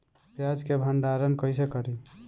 प्याज के भंडारन कईसे करी?